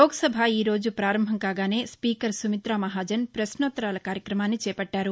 లోక్సభ ఈ రోజు ప్రారంభం కాగానే స్పీకర్ సుమిత్రా మహాజన్ పశ్నోత్తరాల కార్యక్రమాన్ని చేపట్టారు